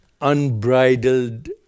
unbridled